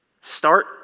Start